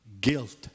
guilt